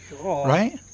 right